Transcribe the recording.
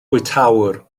bwytäwr